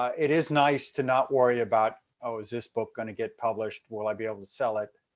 it is nice to not worry about oh, is this book going to get published, will i be able to sell it.